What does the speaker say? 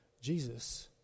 Jesus